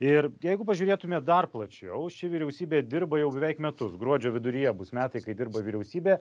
ir jeigu pažiūrėtumėte dar plačiau ši vyriausybė dirba jau beveik metus gruodžio viduryje bus metai kai dirba vyriausybė